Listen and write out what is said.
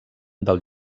del